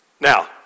Now